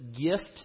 gift